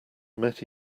met